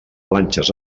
planxes